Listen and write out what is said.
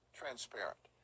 transparent